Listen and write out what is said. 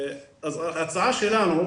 ההצעה שלנו,